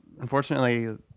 unfortunately